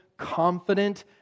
confident